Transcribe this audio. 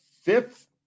fifth